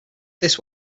this